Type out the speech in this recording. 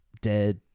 dead